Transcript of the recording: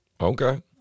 Okay